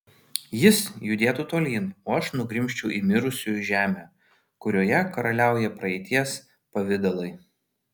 jis judėtų tolyn o aš nugrimzčiau į mirusiųjų žemę kurioje karaliauja praeities pavidalai